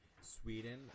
Sweden